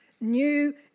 new